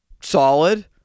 solid